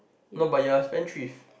no but you're spendthrift